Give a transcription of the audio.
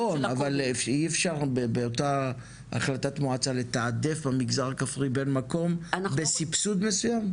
אבל אי אפשר באותה החלטת מועצה לתעדף במגזר הכפרי בן מקום בסבסוד מסוים?